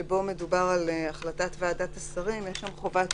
שבו מדובר על החלטת ועדת השרים יש חובת